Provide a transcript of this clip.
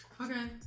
Okay